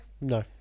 No